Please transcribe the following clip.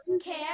Care